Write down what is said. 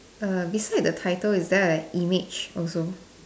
err beside the title is there a image also